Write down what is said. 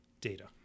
data